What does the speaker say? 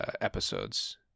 episodes